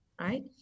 Right